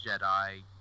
Jedi